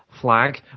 Flag